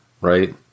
right